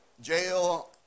jail